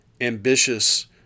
ambitious